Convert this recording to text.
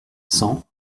cent